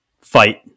fight